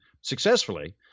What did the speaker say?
successfully